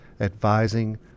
advising